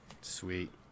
Sweet